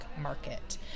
market